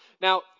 Now